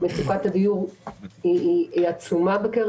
הדיור עצומה בקרב